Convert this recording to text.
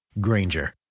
Granger